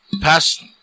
pass